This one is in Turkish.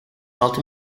altı